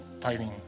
fighting